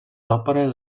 òperes